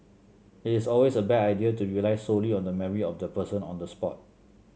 it is always a bad idea to rely solely on the memory of the person on the spot